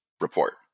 report